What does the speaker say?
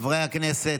חברי הכנסת,